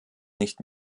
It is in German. nicht